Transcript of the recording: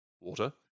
water